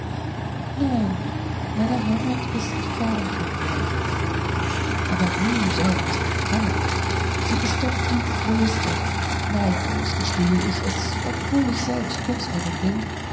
nein meine heimat ist fern von hier aber blu sollten sie doch kennen sie ist doch die größte neidlos gestehe ich es obwohl ich selbst künstlerin bin